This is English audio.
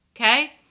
okay